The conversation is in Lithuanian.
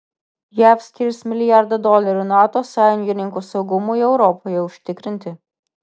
jav skirs milijardą dolerių nato sąjungininkų saugumui europoje užtikrinti